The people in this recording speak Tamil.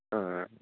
ஆ ஆ